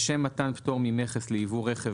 לשם מתן פטור ממכס ליבוא רכב,